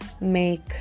make